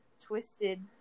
twisted